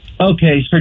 Okay